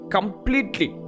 Completely